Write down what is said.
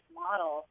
model